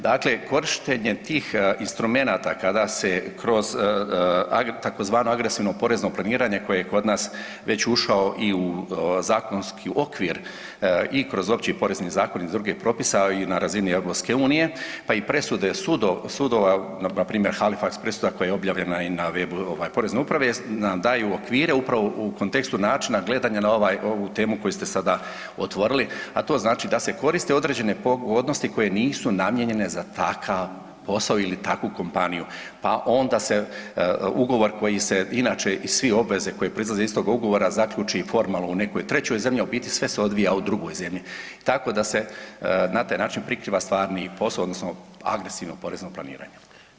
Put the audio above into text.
Dakle, korištenje tih instrumenata kada se kroz tzv. agresivno porezno planiranje koje je kod nas već ušao i u zakonski okvir i kroz Opći porezni zakon i druge propise na razini EU, pa i presude sudova na primjer Halifax presuda koja je objavljena i na webu Porezne uprave nam daju okvire upravo u kontekstu načina gledanja na ovu temu koju ste sada otvorili, a to znači da se koriste određene pogodnosti koje nisu namijenjene za takav posao ili takvu kompaniju, pa onda se ugovor koji se inače i svi obveze koje proizlaze iz toga ugovora zaključi formalno u nekoj trećoj zemlji, a u biti sve se odvija u drugoj zemlji, tako da se na taj način prikriva stvarni poso odnosno agresivno porezno planiranje.